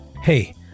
Hey